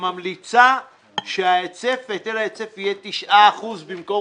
שממליצה שהיטל ההיצף יהיה 9% במקום